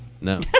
No